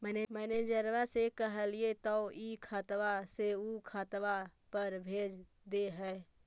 मैनेजरवा के कहलिऐ तौ ई खतवा से ऊ खातवा पर भेज देहै?